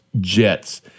Jets